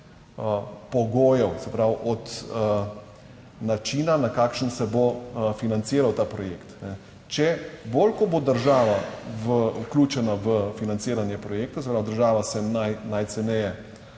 pogojev, se pravi od načina, na kakšen se bo financiral ta projekt. Če, bolj ko bo država vključena v financiranje projekta, se pravi država se najceneje,